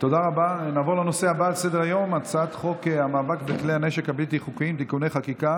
ותעבור לוועדה המוסמכת לדיון בחוק,